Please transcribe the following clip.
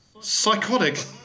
Psychotic